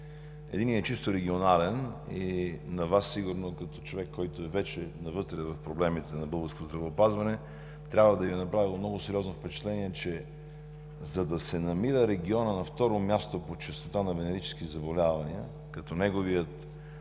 Единият е чисто регионален и на Вас като човек, който е вече навътре в проблемите на българското здравеопазване, трябва да Ви е направило много сериозно впечатление, че, за да се намира регионът на второ място по честота на венерически заболявания, като неговият